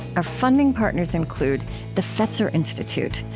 our funding partners include the fetzer institute,